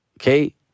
Okay